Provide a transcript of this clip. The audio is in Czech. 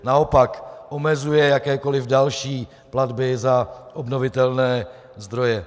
Naopak, omezuje jakékoliv další platby za obnovitelné zdroje.